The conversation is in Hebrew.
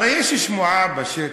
הרי יש שמועה בשטח,